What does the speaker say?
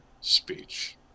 speech